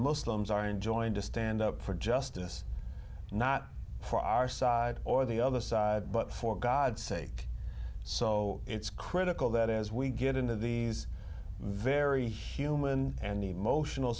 muslims are enjoying to stand up for justice not proper side or the other side but for god's sake so it's critical that as we get into these very human and emotional